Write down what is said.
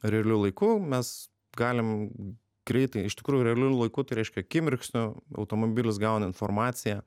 realiu laiku mes galim greitai iš tikrųjų realiu laiku tai reiškia akimirksniu automobilis gauna informaciją